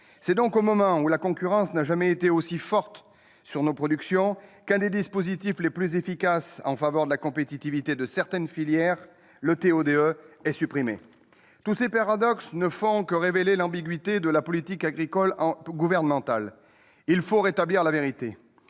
C'est donc au moment où la concurrence n'a jamais été aussi forte sur nos productions que l'un des dispositifs les plus efficaces en faveur de la compétitivité de certaines filières, à savoir le TO-DE, est supprimé. Tous ces paradoxes ne font que révéler l'ambiguïté de la politique agricole gouvernementale. Il faut rétablir la vérité